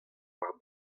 war